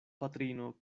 patrino